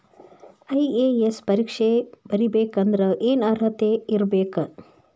IAS ಪರೇಕ್ಷೆ ಬರಿಬೆಕಂದ್ರ ಏನ್ ಅರ್ಹತೆ ಇರ್ಬೇಕ?